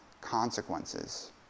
consequences